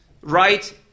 right